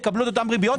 יקבלו את אותם ריביות.